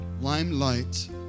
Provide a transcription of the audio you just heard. limelight